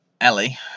Ellie